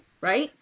right